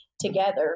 together